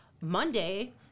Monday